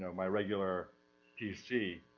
my regular pc